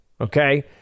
okay